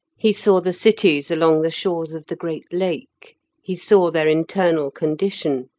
he saw the cities along the shores of the great lake he saw their internal condition,